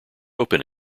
open